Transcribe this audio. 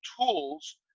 tools